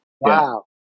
Wow